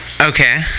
Okay